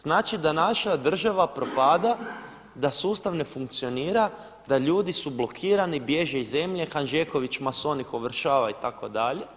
Znači da naša država propada, da sustav ne funkcionira, da ljudi su blokirani, bježe iz zemlje, Hanžeković mason ih ovršava itd.